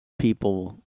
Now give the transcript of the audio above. people